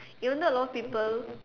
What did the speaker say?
even though a lot of people